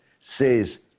says